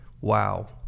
wow